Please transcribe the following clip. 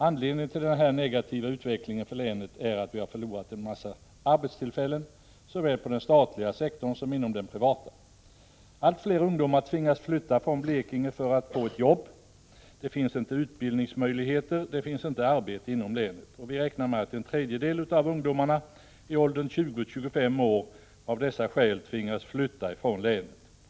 Anledningen till denna negativa utveckling för länet är att vi förlorat en massa arbetstillfällen såväl inom den statliga sektorn som inom den privata. Allt fler ungdomar tvingas flytta från Blekinge för att få ett jobb. Det finns inte utbildningsmöjligheter eller arbete inom länet. Vi räknar med att en tredjedel av ungdomarna i åldern 20-25 år av dessa skäl tvingas flytta från länet.